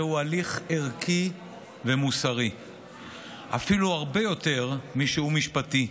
זהו הליך ערכי ומוסרי אפילו הרבה יותר משהוא משפטי.